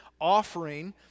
offering